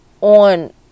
on